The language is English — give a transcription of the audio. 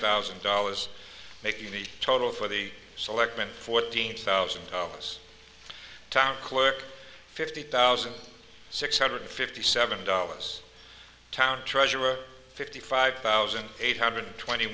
thousand dollars making the total for the selectmen fourteen thousand dollars town clerk fifty thousand six hundred fifty seven dollars town treasurer fifty five thousand eight hundred twenty